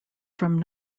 from